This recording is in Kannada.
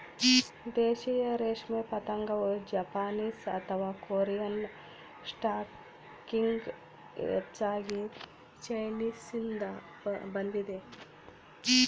ದೇಶೀಯ ರೇಷ್ಮೆ ಪತಂಗವು ಜಪಾನೀಸ್ ಅಥವಾ ಕೊರಿಯನ್ ಸ್ಟಾಕ್ಗಿಂತ ಹೆಚ್ಚಾಗಿ ಚೈನೀಸ್ನಿಂದ ಬಂದಿದೆ